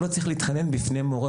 אני לא צריך להתחנן בפני מורה,